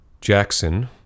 Jackson